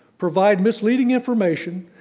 provide misleading information,